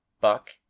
Buck